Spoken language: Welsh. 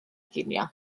ginio